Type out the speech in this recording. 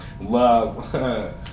Love